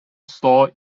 store